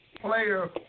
player